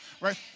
Right